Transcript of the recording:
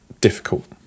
difficult